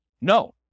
No